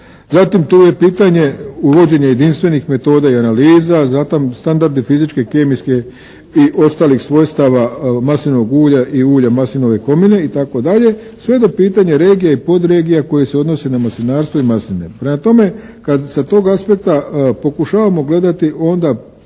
zatim tu je pitanje uvođenja jedinstvenih metoda i analiza, zatim standard fizičke i kemijske i ostalih svojstava maslinovog ulja i ulja maslinove komine itd., sve do pitanja regija i podregija koje se odnose na maslinarstvo i masline. Prema tome, kad sa tog aspekta pokušavamo gledati onda